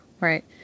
right